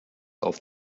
auf